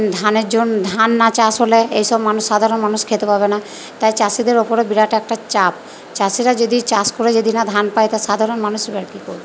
ধানের জন্য ধান না চাষ হলে এই সব মানুষ সাধারণ মানুষ খেতে পাবে না তাই চাষিদের ওপরে বিরাট একটা চাপ চাষিরা যদি চাষ করে যদি না ধান পায় তা সাধারণ মানুষ এবার কী করবে